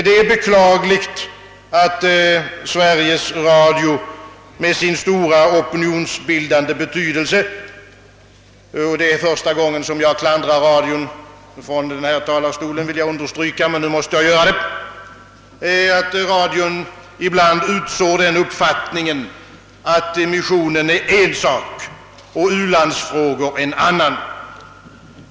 Det är beklagligt, att Sveriges Radio med sin "stora opinionsbildande betydelse — detta är första gången jag klandrar radion från denna talarstol, det vill jag understryka, men nu måste jag göra det — ibland utsår den uppfattningen, att missionen är en sak och u-landsfrågor en annan.